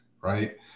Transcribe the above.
right